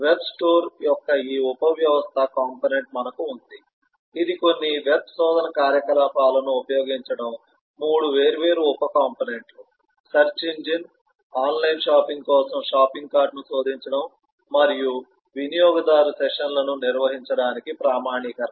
web store యొక్క ఈ ఉపవ్యవస్థ కంపోనెంట్ మనకు ఉంది ఇది కొన్ని వెబ్ శోధన కార్యకలాపాలను ఉపయోగించడం 3 వేర్వేరు ఉప కంపోనెంట్ లు సెర్చ్ ఇంజన్ ఆన్లైన్ షాపింగ్ కోసం షాపింగ్ కార్ట్ను శోధించడం మరియు వినియోగదారు సెషన్లను నిర్వహించడానికి ప్రామాణీకరణ